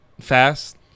fast